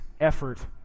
effort